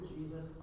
Jesus